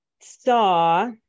saw